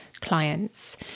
clients